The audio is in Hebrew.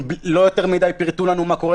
לא פירטו לנו יותר מדי מה קורה,